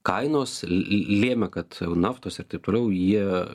kainos lėmė kad naftos ir taip toliau jie